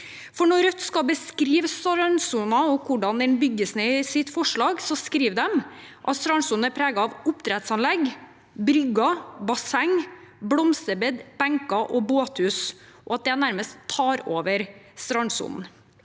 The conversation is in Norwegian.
forslag beskriver strandsonen og hvordan den bygges ned, skriver de at strandsonen er preget av oppdrettsanlegg, brygger, basseng, blomsterbed, benker og båthus, og at det nærmest tar over strandsonen.